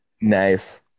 Nice